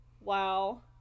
Wow